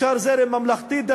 אפשר זרם ממלכתי-דתי,